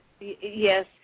yes